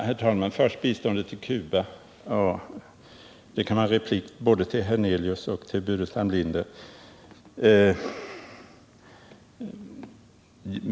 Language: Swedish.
Herr talman! Först en replik till herrar Hernelius och Burenstam Linder om biståndet till Cuba.